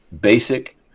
basic